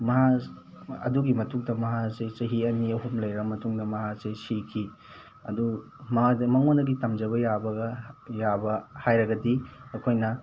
ꯃꯍꯥꯥꯛ ꯑꯗꯨꯒꯤ ꯃꯇꯨꯡꯗ ꯃꯍꯥꯛ ꯑꯁꯤ ꯆꯍꯤ ꯑꯅꯤ ꯑꯍꯨꯝ ꯂꯩꯔ ꯃꯇꯨꯡꯗ ꯃꯍꯥꯛ ꯑꯁꯤ ꯁꯤꯈꯤ ꯑꯗꯨ ꯃꯉꯣꯟꯗꯒꯤ ꯇꯝꯖꯕ ꯌꯥꯕꯒ ꯌꯥꯕꯒ ꯍꯥꯏꯔꯒꯗꯤ ꯑꯩꯈꯣꯏꯅ